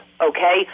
okay